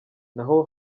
nabo